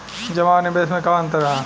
जमा आ निवेश में का अंतर ह?